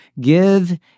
give